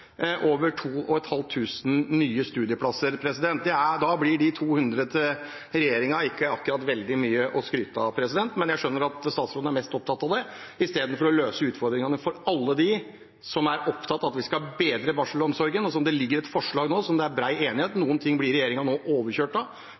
over 2 500 nye studieplasser. Da blir de 200 til regjeringen ikke akkurat veldig mye å skryte av, men jeg skjønner at statsråden er mest opptatt av det, istedenfor å løse utfordringene for alle dem som er opptatt av at vi skal bedre barselomsorgen, som det ligger et forslag om, og som det er bred enighet